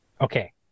Okay